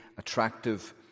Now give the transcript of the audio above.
Attractive